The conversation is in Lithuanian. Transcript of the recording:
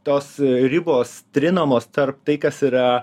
tos ribos trinamos tarp tai kas yra